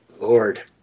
Lord